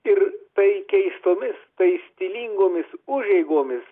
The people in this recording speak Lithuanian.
ir tai keistomis tai stilingomis užeigomis